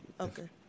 Okay